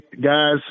guys